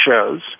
shows